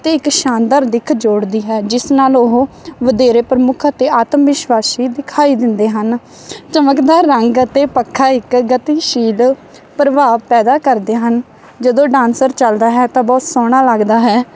ਅਤੇ ਇੱਕ ਸ਼ਾਨਦਾਰ ਦਿੱਖ ਜੋੜਦੀ ਹੈ ਜਿਸ ਨਾਲ ਉਹ ਵਧੇਰੇ ਪ੍ਰਮੁੱਖ ਅਤੇ ਆਤਮ ਵਿਸ਼ਵਾਸ ਵੀ ਦਿਖਾਈ ਦਿੰਦੇ ਹਨ ਚਮਕਦਾ ਰੰਗ ਅਤੇ ਪੱਖਾ ਇੱਕ ਗਤੀਸ਼ੀਲ ਪ੍ਰਭਾਵ ਪੈਦਾ ਕਰਦੇ ਹਨ ਜਦੋਂ ਡਾਂਸਰ ਚੱਲਦਾ ਹੈ ਤਾਂ ਬਹੁਤ ਸੋਹਣਾ ਲੱਗਦਾ ਹੈ